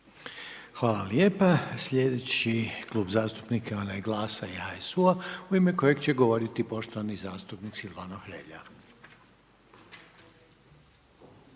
Hvala lijepa. Sljedeći Klub zastupnika, onaj GLAS-a i HSU-a u ime kojeg će govoriti poštovani zastupnik Silvano Hrelja.